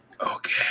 Okay